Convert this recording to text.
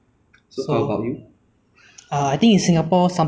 you know is like healthcare costs are very expensive in singapore lah and then